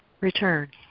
Return